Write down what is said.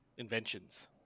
Inventions